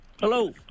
Hello